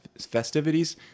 festivities